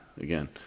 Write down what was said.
again